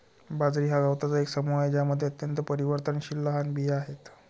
बाजरी हा गवतांचा एक समूह आहे ज्यामध्ये अत्यंत परिवर्तनशील लहान बिया आहेत